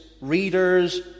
readers